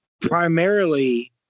primarily